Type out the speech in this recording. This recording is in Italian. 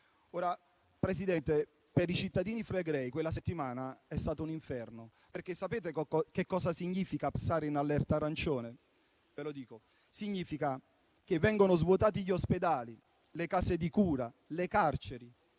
una settimana. Per i cittadini flegrei quella settimana è stata un inferno. Sapete infatti cosa significa passare in allerta arancione? Significa che vengono svuotati gli ospedali, le case di cura, le carceri,